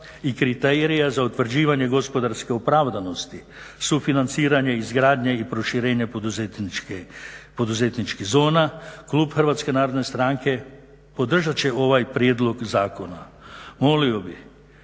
i kriterija za utvrđivanje gospodarske opravdanosti, sufinanciranje izgradnje i proširenja poduzetničkih zona, klub HNS-a podržat će ovaj prijedlog zakona. Molio bih